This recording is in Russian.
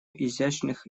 изящных